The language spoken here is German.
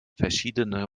verschiedene